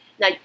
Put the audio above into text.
Now